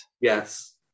Yes